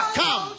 come